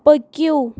پٔکِو